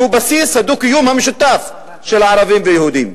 שהיא בסיס הדו-קיום המשותף של ערבים ויהודים.